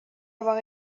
avoir